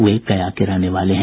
वे गया के रहने वाले हैं